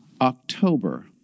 October